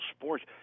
sports